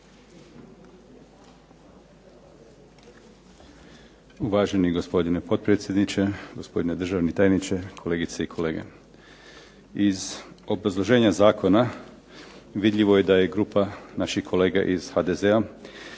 Uvaženi gospodine potpredsjedniče, gospodine državni tajniče, kolegice i kolege. Iz obrazloženja zakona vidljivo je da je grupa naših kolega iz HDZ-a